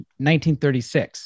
1936